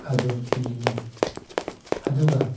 ꯑꯗꯨ ꯌꯦꯡꯏ ꯑꯗꯨꯒ